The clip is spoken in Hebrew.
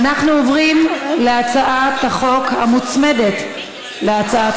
ואנחנו עוברים להצעת החוק המוצמדת להצעת